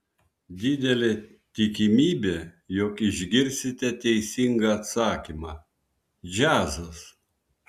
didelė tikimybė jog išgirsite teisingą atsakymą džiazas